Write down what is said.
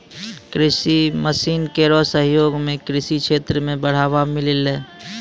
कृषि मसीन केरो सहयोग सें कृषि क्षेत्र मे बढ़ावा मिललै